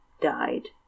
died